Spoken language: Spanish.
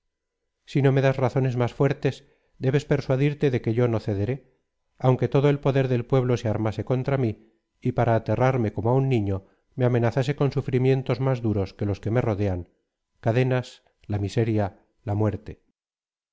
si no ine das razones mtó fuertes debes persuadirte de que yo no cederé aunque todo el poder del pueblo se armase contra mí y para aterrarme como á un niño me amenazase con sufírimientos más duros que los que me rodean cadenas la miseria la muerte